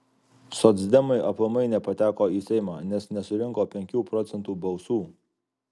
socdemai aplamai nepateko į seimą nes nesurinko penkių procentų balsų